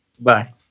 Bye